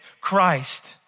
Christ